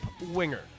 Winger